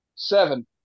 Seven